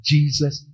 Jesus